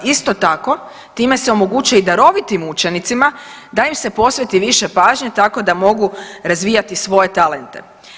Isto tako time se omogućuje i darovitim učenicima da im se posveti više pažnje tako da mogu razvijati svoje talente.